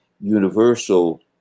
universal